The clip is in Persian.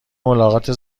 ملاقات